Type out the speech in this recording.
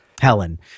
Helen